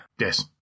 Yes